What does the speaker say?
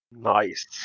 Nice